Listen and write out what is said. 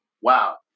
wow